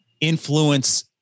influence